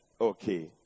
Okay